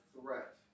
threat